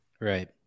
Right